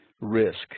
risk